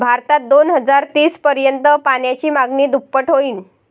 भारतात दोन हजार तीस पर्यंत पाण्याची मागणी दुप्पट होईल